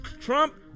Trump